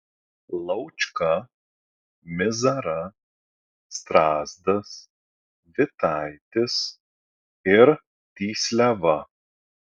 laučka mizara strazdas vitaitis ir tysliava